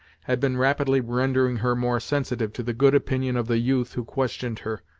had been rapidly rendering her more sensitive to the good opinion of the youth who questioned her,